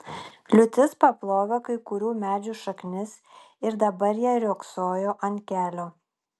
liūtis paplovė kai kurių medžių šaknis ir dabar jie riogsojo ant kelio